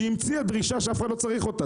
שהמציאה דרישה שאף אחד לא צריך אותה,